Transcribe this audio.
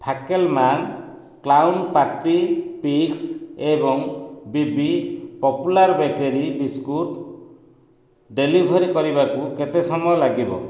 ଫାକେଲମାନ clown party picks ଏବଂ BB popular bakery biscuit deliver କରିବାକୁ କେତେ ସମୟ ଲାଗିବ